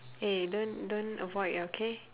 eh don't don't avoid okay